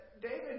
David